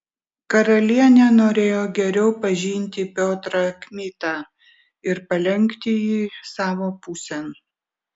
karalienė norėjo geriau pažinti piotrą kmitą ir palenkti jį savo pusėn